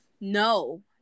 no